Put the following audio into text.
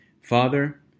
Father